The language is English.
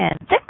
six